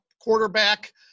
quarterback